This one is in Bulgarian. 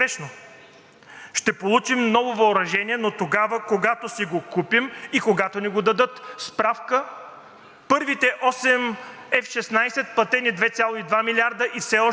първите осем F-16 – платени 2,2 милиарда и все още не са на разположение на Българската армия и сме напът да гласуваме втори такива.